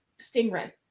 stingray